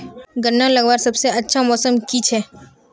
गन्ना लगवार सबसे अच्छा मौसम की छे?